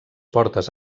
portes